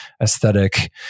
aesthetic